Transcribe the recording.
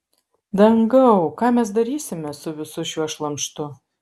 dangau ką mes darysime su visu šiuo šlamštu